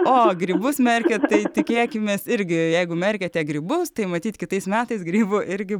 o grybus merkiat tai tikėkimės irgi jeigu merkiate grybus tai matyt kitais metais grybų irgi